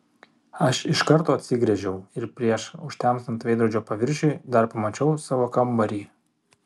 aš iš karto atsigręžiau ir prieš užtemstant veidrodžio paviršiui dar pamačiau savo kambarį